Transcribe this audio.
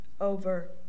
over